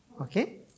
Okay